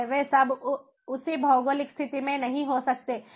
वे सब उसी भौगोलिक स्थिति में नहीं हो सकता है